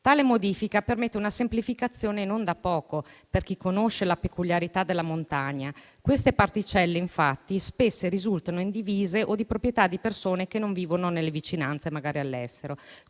Tale modifica permette una semplificazione non da poco per chi conosce la peculiarità della montagna. Queste particelle, infatti, spesso risultano indivise o di proprietà di persone che non vivono nelle vicinanze, ma magari all'estero,